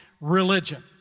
religion